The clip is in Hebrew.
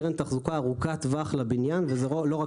קרן תחזוקה ארוכת טווח לבניין ולא רק